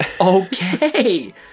Okay